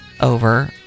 over